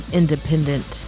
independent